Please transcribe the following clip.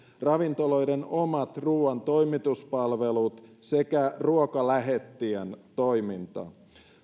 ravintoloiden omat ruuantoimituspalvelut sekä ruokalähettien toiminta